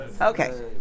okay